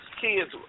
kids